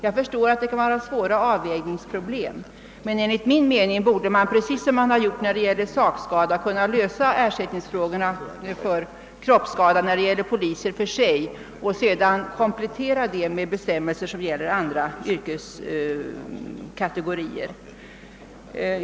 Jag förstår att det kan möta svåra avvägningar, men enligt min mening borde man på samma sätt som man gjort när det gäller sakskada kunna lösa ersättningsfrågorna i samband med kroppsskada för polisman separat och därefter utarbeta de bestämmelser som skall gälla för andra yrkeskategorier.